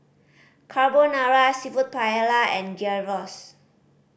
Carbonara Seafood Paella and Gyros